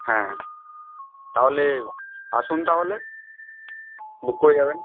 হ্যাঁ তাহলে আসুন তাহলে বুক করে যাবেন